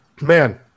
man